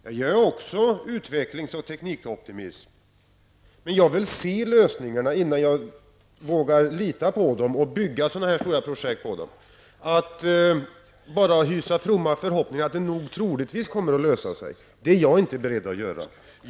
Jag är också utvecklings och teknikoptimist. Men jag vill se lösningarna innan jag vågar lita på dem och bygga så här stora projekt på dem. Att bara hysa fromma förhoppningar, att det troligtvis kommer att lösa sig, är jag inte beredd att göra.